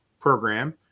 program